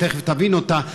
תכף תבין אותה,